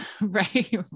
right